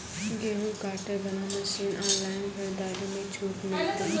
गेहूँ काटे बना मसीन ऑनलाइन खरीदारी मे छूट मिलता?